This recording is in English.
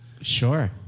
Sure